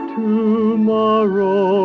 tomorrow